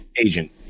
agent